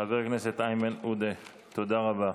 חבר הכנסת איימן עודה, תודה רבה.